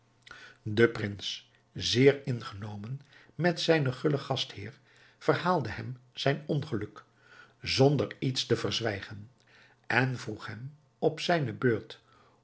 de prins zeer ingenomen met zijnen gullen gastheer verhaalde hem zijn ongeluk zonder iets te verzwijgen en vroeg hem op zijne beurt